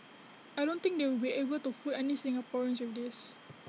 I don't think they will be able to fool any Singaporeans with this